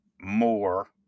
more